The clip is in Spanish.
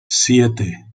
siete